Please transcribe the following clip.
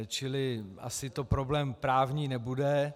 Čili asi to problém právní nebude.